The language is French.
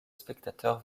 spectateurs